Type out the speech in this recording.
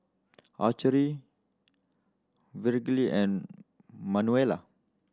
Archer Lee Virgle and Manuela